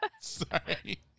Sorry